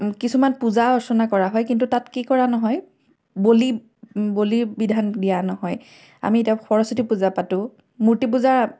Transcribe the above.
কিছুমান পূজা অৰ্চনা কৰা হয় কিন্তু তাত কি কৰা নহয় বলি বলি বিধান দিয়া নহয় আমি এতিয়া সৰস্বতী পূজা পাতোঁ মূৰ্তি পূজা